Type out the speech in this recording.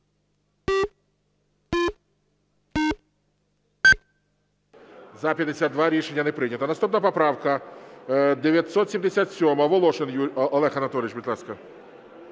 За-52 Рішення не прийнято. Наступна поправка 977-а, Волошин Олег Анатолійович, будь ласка.